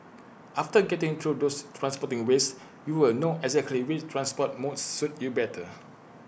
after getting through those transporting ways you will know exactly which transport modes suit you better